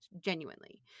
genuinely